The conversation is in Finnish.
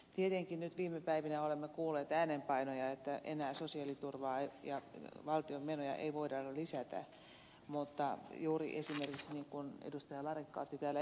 tietenkin nyt viime päivinä olemme kuulleet äänenpainoja että sosiaaliturvaa ja valtion menoja ei voida enää lisätä mutta juuri esimerkiksi niin kuin ed